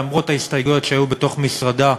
למרות ההסתייגויות שהיו בתוך משרדה,